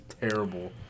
terrible